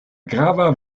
grava